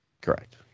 Correct